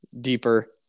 deeper